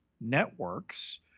networks